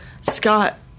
Scott